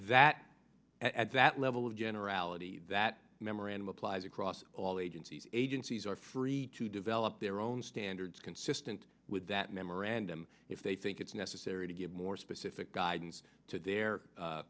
that at that level of generality that memorandum applies across all agencies agencies are free to develop their own standards consistent with that memorandum if they think it's necessary to give more specific guidance to their